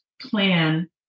plan